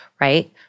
right